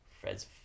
Fred's